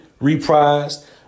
reprised